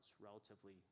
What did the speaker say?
relatively